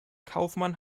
kaufmann